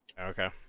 Okay